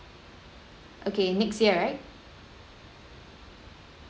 okay next year right